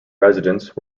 residence